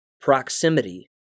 Proximity